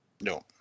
No